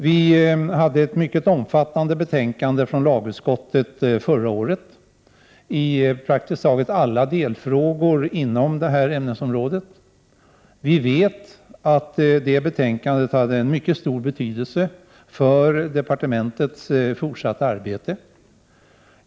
Förra året skrev lagutskottet ett mycket stort betänkande som omfattade praktiskt taget alla delfrågor inom ämnesområdet. Vi vet att det betänkandet hade en mycket stor betydelse för departementets fortsatta arbete.